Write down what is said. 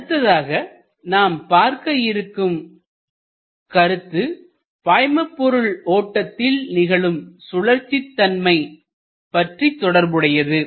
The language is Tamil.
அடுத்ததாக நாம் பார்த்த பார்க்க இருக்கும் கருத்தும் பாய்மபொருள் ஓட்டத்தில் நிகழும் சுழற்சி தன்மை பற்றி தொடர்புடையது